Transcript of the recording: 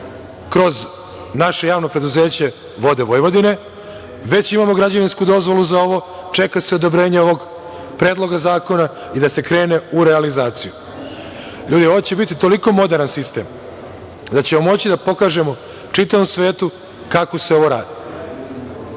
kroz naše Javno preduzeće „Vode Vojvodine“, već imamo građevinsku dozvolu za ovo. Čeka se odobrenje ovog Predloga zakona i da se krene u realizaciju. Ljudi, ovo će biti toliko moderan sistem, da ćemo moći da pokažemo čitavom svetu kako se ovo